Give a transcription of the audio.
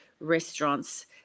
restaurants